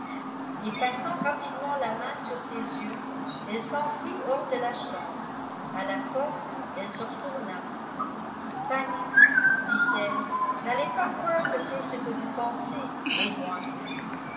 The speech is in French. et passant rapidement la main sur ses yeux elle s'enfuit hors de la chambre a la porte elle se retourna fanny dit-elle n'allez pas croire que c'est ce que vous pensez au moins